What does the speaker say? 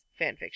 fanfiction